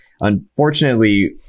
Unfortunately